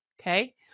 Okay